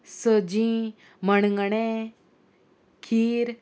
सजी मणगणें खीर